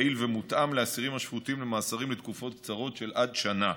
יעיל ומותאם לאסירים השפוטים למאסרים לתקופות קצרות של עד שנה.